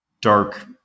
dark